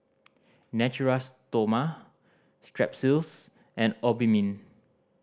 Natura Stoma Strepsils and Obimin